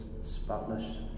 spotless